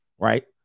right